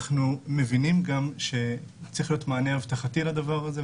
אנחנו גם מבינים שצריך להיות מענה אבטחתי לדבר הזה,